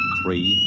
three